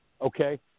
okay